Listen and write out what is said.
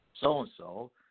so-and-so